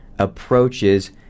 approaches